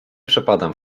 przepadam